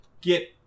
Get